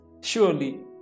Surely